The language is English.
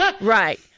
right